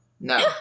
No